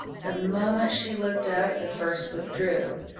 the moment she looked up, the first withdrew,